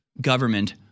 government